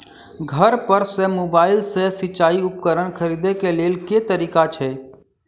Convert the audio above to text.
घर पर सऽ मोबाइल सऽ सिचाई उपकरण खरीदे केँ लेल केँ तरीका छैय?